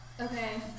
Okay